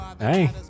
Hey